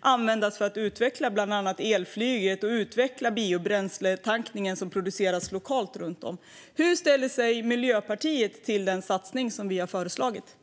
användas för att utveckla bland annat elflyget och tankningen av biobränsle som produceras lokalt. Hur ställer sig Miljöpartiet till den satsning som vi har föreslagit?